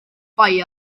bai